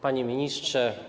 Panie Ministrze!